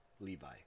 Levi